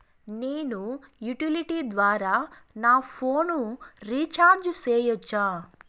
నేను యుటిలిటీ ద్వారా నా ఫోను రీచార్జి సేయొచ్చా?